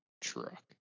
truck